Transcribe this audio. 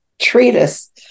treatise